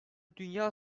dünya